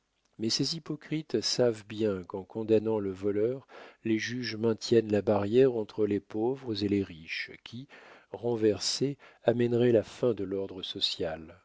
mais ces hypocrites savent bien qu'en condamnant le voleur les juges maintiennent la barrière entre les pauvres et les riches qui renversée amènerait la fin de l'ordre social